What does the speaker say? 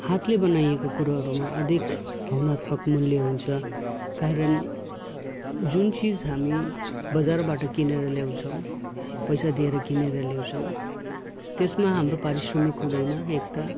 हातले बनाइएको कुरोहरूमा अधिक भावनात्मक मूल्य हुन्छ कारण जुन चिज हामी बजारबाट किनेर ल्याउँछौँ पैसा दिएर किनेर ल्याउँछौँ त्यसमा हाम्रो पारिश्रमिक हुँदैन एक त